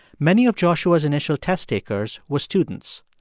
many of joshua's initial test takers were students.